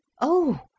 Oh